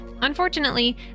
Unfortunately